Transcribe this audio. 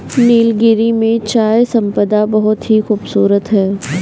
नीलगिरी में चाय संपदा बहुत ही खूबसूरत है